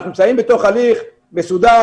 אנחנו נמצאים בתוך הליך מסודר,